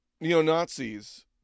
neo-Nazis